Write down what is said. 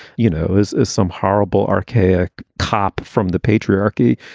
you know, is as some horrible archaic cop from the patriarchy,